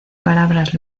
palabras